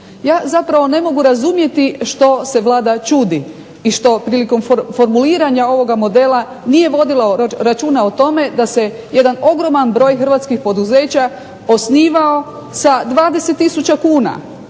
Ja zapravo ne mogu razumjeti što se Vlada čudi i što prilikom formuliranja ovog modela nije vodila računa o tome da se jedan ogroman broj hrvatskih poduzeća osnivao sa 20 tisuća